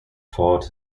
fort